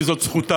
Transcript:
כי זאת זכותם.